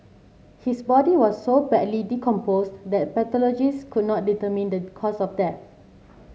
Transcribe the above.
his body was so badly decomposed that pathologists could not determine the cause of death